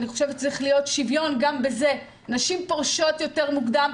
אני חושבת שצריך להיות שוויון גם בזה נשים פורשות יותר מוקדם,